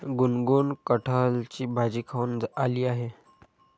गुनगुन कठहलची भाजी खाऊन आली आहे